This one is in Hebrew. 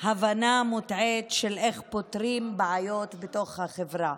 הבנה מוטעית של איך פותרים בעיות בתוך החברה.